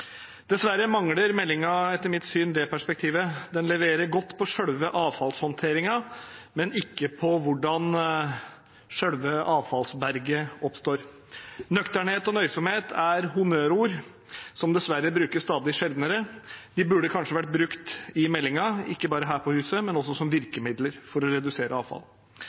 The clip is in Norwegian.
Dessverre mangler meldingen etter mitt syn det perspektivet. Den leverer godt på selve avfallshåndteringen, men ikke på hvordan selve avfallsberget oppstår. «Nøkternhet» og «nøysomhet» er honnørord, som dessverre brukes stadig sjeldnere. De burde kanskje vært brukt i meldingen og ikke bare her i huset, men også som virkemidler for å redusere